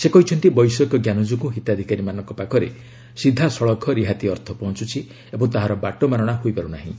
ସେ କହିଛନ୍ତି ବୈଷୟିକଜ୍ଞାନ ଯୋଗୁଁ ହିତାଧିକାରୀମାନଙ୍କ ପାଖରେ ସିଧାସଳଖ ରିହାତି ଅର୍ଥ ପହଞ୍ଚୁଛି ଓ ତାହାର ବାଟମାରଣା ହୋଇପାରୁ ନାହିଁ